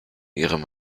ihrem